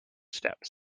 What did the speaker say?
steps